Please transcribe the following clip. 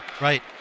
Right